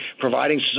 providing